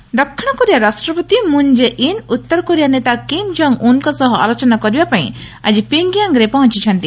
Korea ଟକୁ ଦକ୍ଷିଣ Korea ରାଷ୍ଟ୍ରପତି ମୁନ୍ ଜେ ଇନ୍ ଉତ୍ତର କୋରିଆ ନେତା କିମ୍ ଜଙ୍ଗ୍ ଉନ୍ଙ୍କ ସହ ଆଲୋଚନା କରିବା ପାଇଁ ଆଜି ପିୟଙ୍ଗୟାଙ୍ଗରେ ପହଞ୍ଚୁଛନ୍ତି